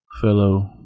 fellow